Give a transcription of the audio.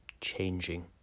changing